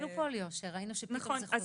אפילו פוליו שראינו שפתאום חוזר.